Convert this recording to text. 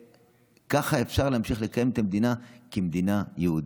שכך אפשר להמשיך לקיים את המדינה כמדינה יהודית.